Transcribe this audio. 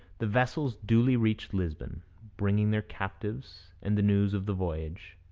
the vessels duly reached lisbon, bringing their captives and the news of the voyage.